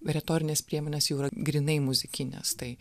retorinės priemonės jau yra grynai muzikinės tai